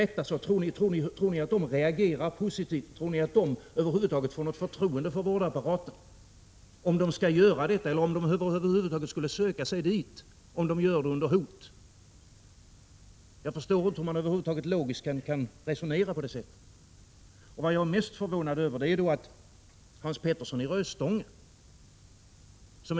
Tror ni att de reagerar positivt, tror ni att de över huvud taget får något förtroende för vårdapparaten eller att de alls skulle söka sig dit, om det måste ske under hot? Jag förstår inte hur man över huvud taget logiskt kan resonera på det sättet. Vad jag är mest förvånad över är Hans Peterssons i Röstånga resonemang.